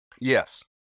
Yes